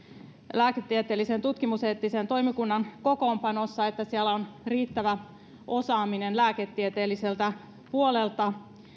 lääketieteellisen tutkimuseettisen toimikunnan kokoonpanossa on huomioitava se että siellä on riittävä osaaminen lääketieteelliseltä puolelta